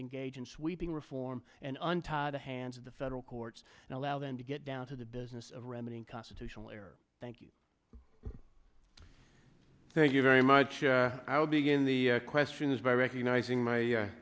engage in sweeping reform and untie the hands of the federal courts and allow them to get down to the business of remedying constitutional error thank you thank you very much i will begin the questions by recognizing my